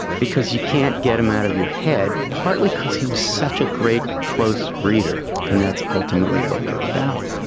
because you can't get him out of your head, partly because he was such a great close reader. and that's ultimately what we're about